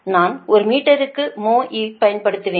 நான் ஒரு மீட்டருக்கு mho ஐப் பயன்படுத்துவேன்